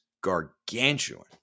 gargantuan